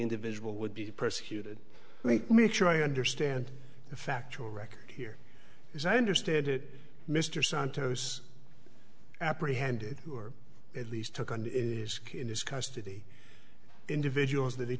individual would be persecuted me make sure i understand the factual record here as i understand it mr santos apprehended or at least took on in this custody individuals that